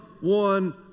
one